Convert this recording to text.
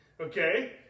Okay